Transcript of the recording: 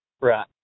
Right